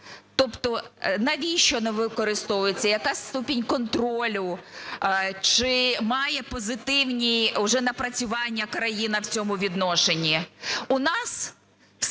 Тобто навіщо використовується? Який ступінь контролю? Чи має позитивні вже напрацювання країна в цьому відношенні?